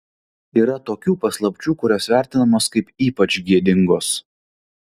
yra tokių paslapčių kurios vertinamos kaip ypač gėdingos